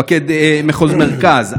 מפקד מחוז מרכז,